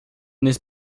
n’est